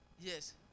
Yes